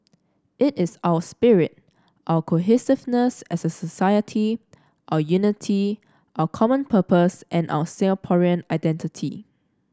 it is our spirit our cohesiveness as a society our unity our common purpose and our Singaporean identity